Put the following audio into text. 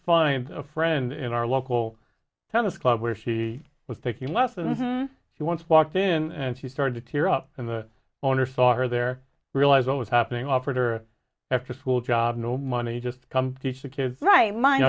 find a friend in our local towns club where she was taking lessons she once walked in and she started to tear up and the owner saw her there realized what was happening offered her after school job no money just come teach the kids right min